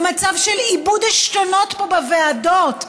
למצב של איבוד עשתונות פה בוועדות?